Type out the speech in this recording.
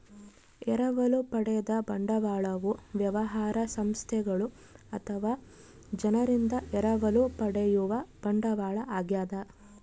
ಎರವಲು ಪಡೆದ ಬಂಡವಾಳವು ವ್ಯವಹಾರ ಸಂಸ್ಥೆಗಳು ಅಥವಾ ಜನರಿಂದ ಎರವಲು ಪಡೆಯುವ ಬಂಡವಾಳ ಆಗ್ಯದ